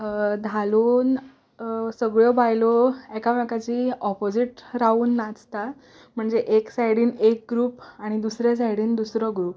धालोन सगल्यो बायलो एकामेकाचे ऑपोजीट रावून नाचता म्हणजे एक सायडीन एक ग्रूप आनी दुसरे सायडीन दुसरो ग्रूप